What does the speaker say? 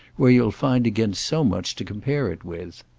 where you'll find again so much to compare it with.